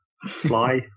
fly